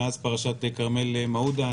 מאז פרשת כרמל מעודה,